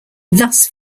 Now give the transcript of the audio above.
thus